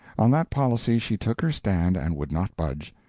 on that policy she took her stand, and would not budge.